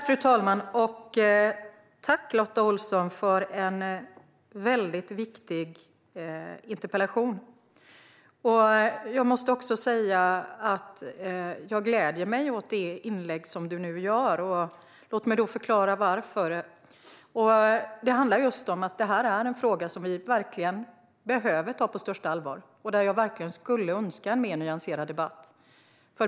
Fru talman! Tack, Lotta Olsson, för en väldigt viktig interpellation! Jag gläder mig åt det inlägg som du nu gjorde. Låt mig förklara varför. Det här är en fråga som vi verkligen behöver ta på största allvar. Jag skulle önska en mer nyanserad debatt.